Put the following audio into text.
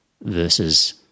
versus